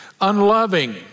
unloving